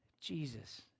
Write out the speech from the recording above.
Jesus